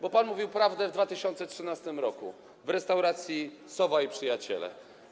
Bo pan mówił prawdę w 2013 r., w restauracji Sowa i Przyjaciele.